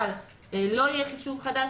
אבל לא יהיה חישוב חדש.